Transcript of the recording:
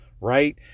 right